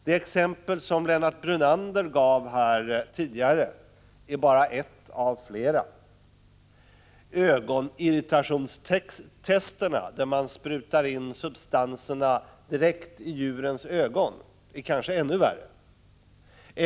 Det exempel som Lennart Brunander gav här tidigare är bara ett av flera. Ögonirritationstesterna, där man sprutar in substanserna direkt i djurens ögon, är kanske ännu värre.